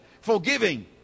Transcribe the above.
forgiving